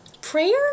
Prayer